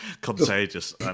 contagious